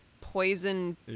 poison